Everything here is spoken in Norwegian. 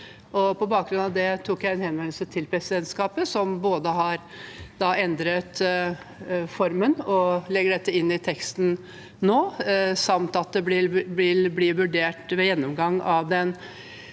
På bakgrunn av det sendte jeg en henvendelse til presidentskapet, som har endret formen og legger dette inn i teksten nå, samt at det vil bli vurdert ved gjennomgangen